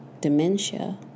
dementia